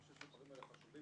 אני חושב שהדברים האלה חשובים.